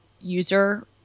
user